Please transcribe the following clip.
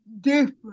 different